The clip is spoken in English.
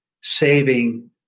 saving